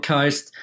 Coast